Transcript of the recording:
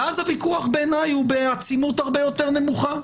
ואז הוויכוח בעיניי הוא בעצימות הרבה יותר נמוכה,